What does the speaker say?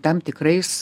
tam tikrais